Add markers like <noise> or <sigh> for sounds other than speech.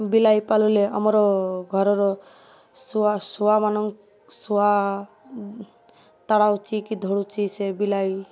ବିଲେଇ ପାଳିଲେ ଆମର ଘରର ଶୁଆ ଶୁଆମାନ ଶୁଆ <unintelligible> କି ଧରୁଛି ସେ ବିଲେଇ